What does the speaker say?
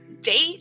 date